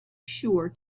sure